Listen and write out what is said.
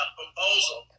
proposal